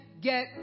get